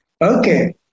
Okay